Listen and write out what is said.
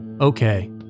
Okay